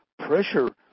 pressure